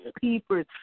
people